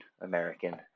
American